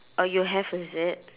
oh you have is it